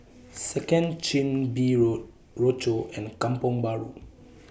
Second Chin Bee Road Rochor and Kampong Bahru